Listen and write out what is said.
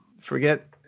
forget